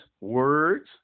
words